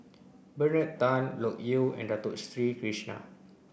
Bernard Tan Loke Yew and Dato Sri Krishna